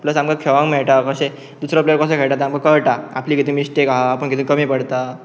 plus आमकां मेळटा मातशें दुसरो प्लेयर कसो खेळटा आमकां कळटा आपले कितें मिस्टेक आपूण कितें कमी पडता